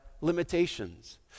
limitations